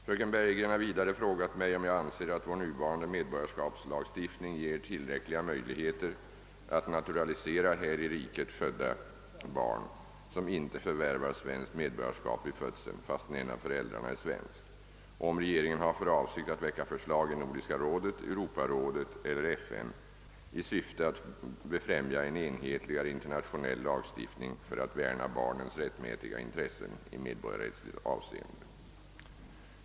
Fröken Bergegren har vidare frågat mig om jag anser att vår nuvarande medborgarskapslagstiftning ger tillräckliga möjligheter att naturalisera här i riket födda barn som inte förvärvar svenskt medborgarskap vid födelsen, fastän en av föräldrarna är svensk, och om regeringen har för avsikt att väcka förslag i Nordiska rådet, Europarådet eller FN i syfte att befrämja en enhetligare internationell lagstiftning för att värna barnens rättmätiga intressen i medborgarrättsligt avseende.